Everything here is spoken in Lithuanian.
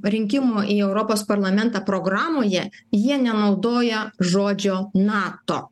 rinkimų į europos parlamentą programoje jie nenaudoja žodžio nato